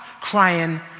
crying